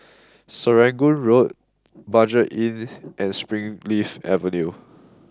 Serangoon Road Budget Inn and Springleaf Avenue